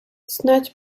snadź